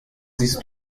siehst